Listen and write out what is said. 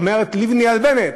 אומרת לבני על בנט: